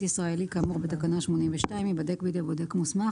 ישראלי כאמור בתקנה 82 ייבדק בידי בודק מוסמך,